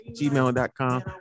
gmail.com